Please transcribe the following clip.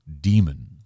demon